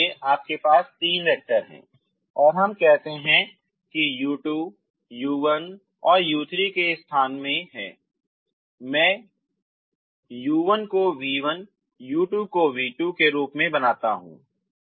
मान लीजिए कि आपके पास तीन वैक्टर हैं हम कहते हैं कि आप u1 u2 u3 के स्थान में हैं मैं u1 को v1 u2 को v2 के रूप में बनाता हूं